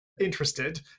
Interested